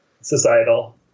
societal